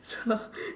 so